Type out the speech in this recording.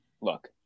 look